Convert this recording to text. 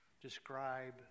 describe